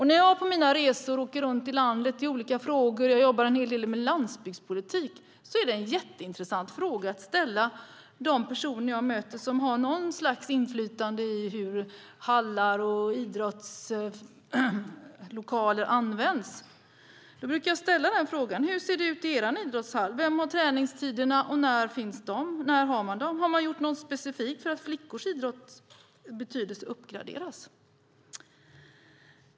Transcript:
När jag åker runt i landet i olika frågor - jag jobbar en hel del med landsbygdspolitik - är det jätteintressanta frågor att ställa till de personer jag möter som har något slags inflytande över hur hallar och idrottslokaler används: Hur ser det ut i er idrottshall? Vilka har träningstiderna och när? Har man gjort något specifikt för att flickors idrotts betydelse uppgraderas?